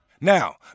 Now